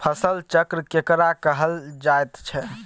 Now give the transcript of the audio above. फसल चक्र केकरा कहल जायत छै?